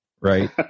right